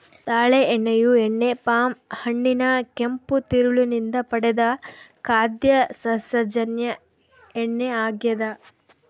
ತಾಳೆ ಎಣ್ಣೆಯು ಎಣ್ಣೆ ಪಾಮ್ ಹಣ್ಣಿನ ಕೆಂಪು ತಿರುಳು ನಿಂದ ಪಡೆದ ಖಾದ್ಯ ಸಸ್ಯಜನ್ಯ ಎಣ್ಣೆ ಆಗ್ಯದ